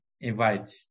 invite